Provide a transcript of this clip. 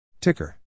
Ticker